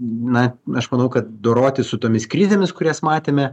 na aš manau kad dorotis su tomis krizėmis kurias matėme